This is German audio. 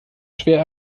schwer